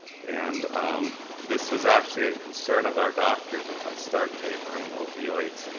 and this is actually a concern of our doctors, if i start tapering opioids,